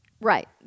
Right